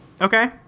Okay